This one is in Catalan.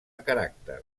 caràcter